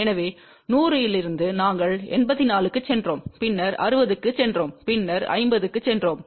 எனவே 100 இலிருந்து நாங்கள் 84 க்குச் சென்றோம் பின்னர் 60 க்குச் சென்றோம் பின்னர் 50 க்குச் சென்றோம்